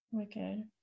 Okay